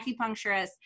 acupuncturist